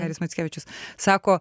haris mackevičius sako